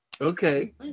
Okay